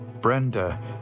Brenda